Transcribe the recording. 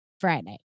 Friday